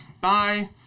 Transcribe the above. bye